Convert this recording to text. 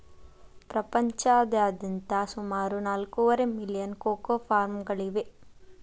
ಪ್ರಪಂಚದಾದ್ಯಂತ ಸುಮಾರು ನಾಲ್ಕೂವರೆ ಮಿಲಿಯನ್ ಕೋಕೋ ಫಾರ್ಮ್ಗಳಿವೆ